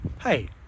hey